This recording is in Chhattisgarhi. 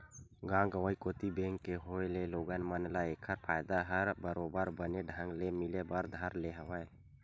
गाँव गंवई कोती बेंक के होय ले लोगन मन ल ऐखर फायदा ह बरोबर बने ढंग ले मिले बर धर ले हवय